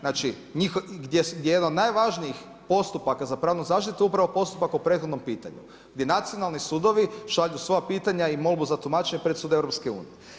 Znači, gdje je jedan od najvažnijih postupaka za pravnu zaštitu upravo postupak o prethodnom pitanju gdje nacionalni sudovi šalju svoja pitanja i molbu za tumačenje presude EU.